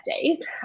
days